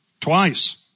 Twice